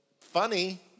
funny